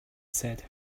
said